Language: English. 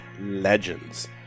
Legends